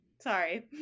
Sorry